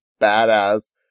badass